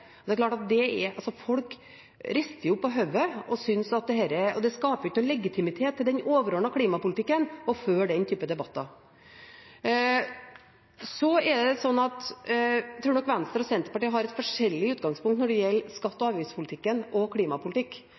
Folk rister jo på hodet. Det skaper ikke noen legitimitet til den overordnede klimapolitikken å føre den type debatter. Jeg tror nok at Venstre og Senterpartiet har forskjellig utgangspunkt når det gjelder skatte- og avgiftspolitikk og klimapolitikk.